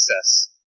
Access